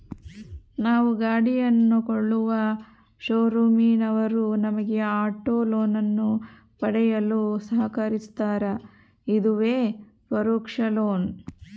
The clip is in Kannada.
ನಾವು ಗಾಡಿಯನ್ನು ಕೊಳ್ಳುವ ಶೋರೂಮಿನವರು ನಮಗೆ ಆಟೋ ಲೋನನ್ನು ಪಡೆಯಲು ಸಹಕರಿಸ್ತಾರ, ಇದುವೇ ಪರೋಕ್ಷ ಲೋನ್